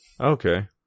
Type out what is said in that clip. okay